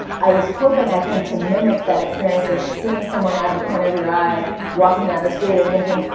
i was hoping i think, to mimic that experience of seeing someone out of the corner of your eye walking down the street and thinking,